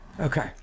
okay